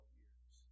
years